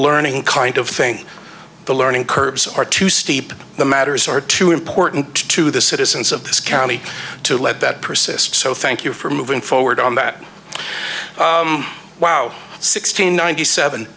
learning kind of thing the learning curves are too steep the matters are too important to the citizens of this county to lead that persist so thank you for moving forward on that wow sixteen ninety seven